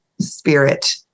spirit